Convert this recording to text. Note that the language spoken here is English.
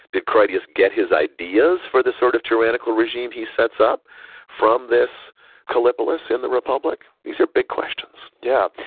did critias get his ideas for the sort of tyrannical regime he sets up from this kallipolis in the republic? these are big questions yeah.